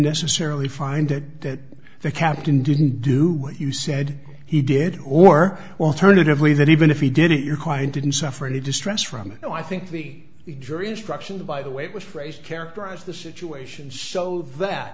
necessarily find that the captain didn't do what you said he did or alternatively that even if he did it your client didn't suffer any distress from it i think the jury instructions by the way it was phrased characterize the situation so that